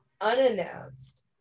unannounced